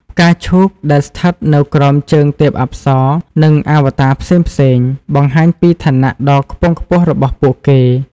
ផ្កាឈូកដែលស្ថិតនៅក្រោមជើងទេពអប្សរ និងអវតារផ្សេងៗ បង្ហាញពីឋានៈដ៏ខ្ពង់ខ្ពស់របស់ពួកគេ។